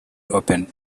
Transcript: open